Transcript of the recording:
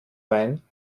wein